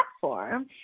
platform